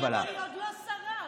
חברת הכנסת מירב בן ארי,